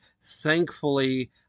thankfully